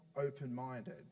open-minded